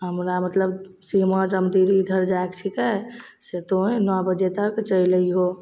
हमरा मतलब सीमा जमदीरी धरि जाइके छिकै से तोहेँ नओ बजे तक चलि अइहो